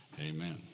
amen